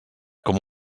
com